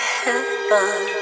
heaven